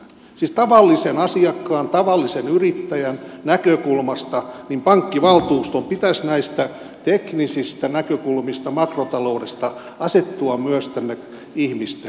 siis tavallisen asiakkaan tavallisen yrittäjän näkökulmasta pankkivaltuuston pitäisi näistä teknisistä näkökulmista makrotaloudesta asettua myös tänne ihmisten keskelle